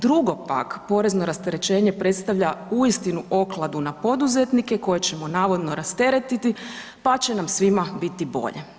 Drugo pak, porezno rasterećenje predstavlja uistinu okladu na poduzetnike koje ćemo navodno rasteretiti pa će nam svima biti bolje.